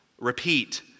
Repeat